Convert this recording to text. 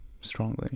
strongly